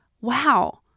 wow